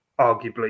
arguably